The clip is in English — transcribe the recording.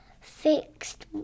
fixed